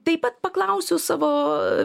taip pat paklausiu savo